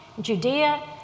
Judea